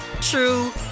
true